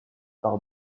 par